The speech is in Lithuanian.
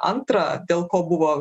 antra dėl ko buvo